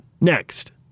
next